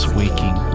waking